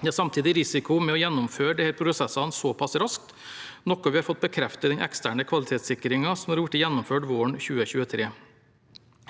Det er samtidig en risiko med å gjennomføre disse prosessene såpass raskt, noe vi har fått bekreftet i den eksterne kvalitetssikringen som har blitt gjennomført våren 2023.